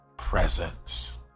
presence